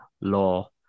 law